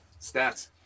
stats